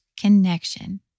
connection